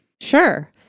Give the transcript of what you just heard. Sure